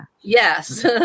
Yes